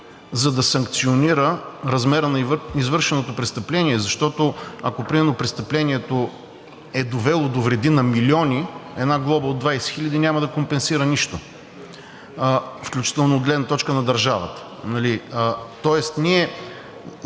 за да санкционира, размера на извършеното престъпление, ако например престъплението е довело до вреди на милиони, една глоба от 20 хиляди няма да компенсира нищо включително от гледна точка на държавата.